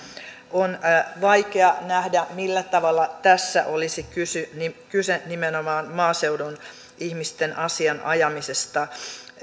on vaikea nähdä millä tavalla tässä olisi kyse kyse nimenomaan maaseudun ihmisten asian ajamisesta